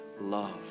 love